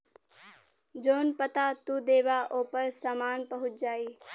जौन पता तू देबा ओपर सामान पहुंच जाई